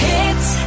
Hits